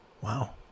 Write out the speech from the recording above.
Wow